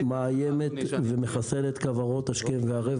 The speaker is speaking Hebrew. היא מחסלת כוורות השכם וערב.